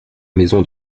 maison